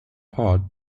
pod